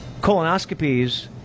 Colonoscopies